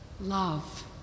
love